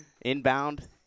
Inbound